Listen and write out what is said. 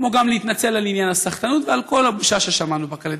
כמו גם להתנצל על עניין הסחטנות ועל כל הבושה ששמענו בקלטת.